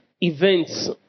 events